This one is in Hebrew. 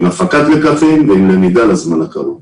עם הפקת לקחים ועם למידה לזמן הקרוב.